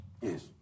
Yes